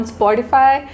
Spotify